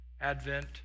Advent